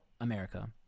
america